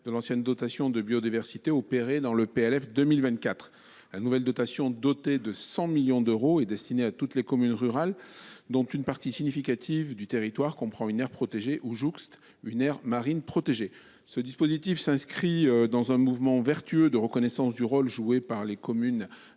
le projet de loi de finances pour 2024. La nouvelle dotation, abondée à hauteur de 100 millions d’euros, est destinée à toutes les communes rurales dont une partie significative du territoire comprend une aire protégée ou jouxte une aire marine protégée. Ce dispositif s’inscrit dans un mouvement vertueux de reconnaissance du rôle joué par les communes